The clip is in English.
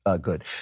good